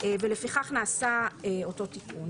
לכן נעשה אותו תיקון.